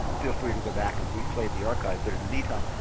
feel free to go back and replay the archive. but in the meantime,